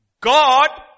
God